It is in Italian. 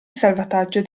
salvataggio